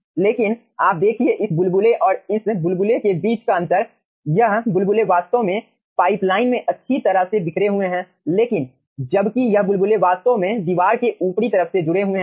लेकिन आप देखिए इस बुलबुले और इस बुलबुले के बीच का अंतर यह बुलबुले वास्तव में पाइपलाइन में अच्छी तरह से बिखरे हुए हैं लेकिन जबकि यह बुलबुले वास्तव में दीवार के ऊपरी तरफ से जुड़े हुए हैं